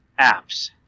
apps